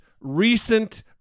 recent